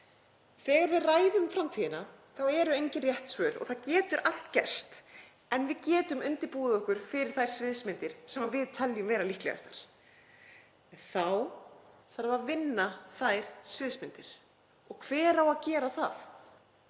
Þegar við ræðum framtíðina eru engin rétt svör. Það getur allt gerst en við getum undirbúið okkur fyrir þær sviðsmyndir sem við teljum vera líklegastar. En þá þarf að vinna þær sviðsmyndir. Og hver á að gera það?